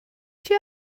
tja